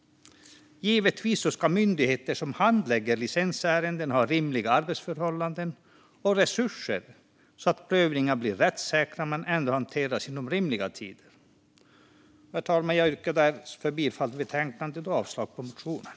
Givetvis ska myndigheter som handlägger licensärenden ha rimliga arbetsförhållanden och resurser så att prövningarna blir rättssäkra men ändå hanteras inom rimlig tid. Herr talman! Jag yrkar bifall till utskottets förslag i betänkandet och avslag på motionen.